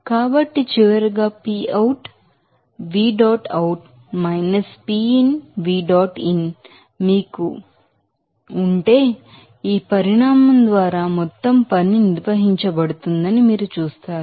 కాబట్టి చివరగా మీకు ఇది ఉంటే ఈ పరిమాణం ద్వారా మొత్తం పని నిర్వచించబడుతుందని మీరు చూస్తారు